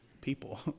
people